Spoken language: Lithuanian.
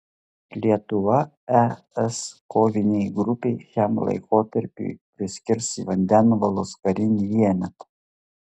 lietuva es kovinei grupei šiam laikotarpiui priskirs vandenvalos karinį vienetą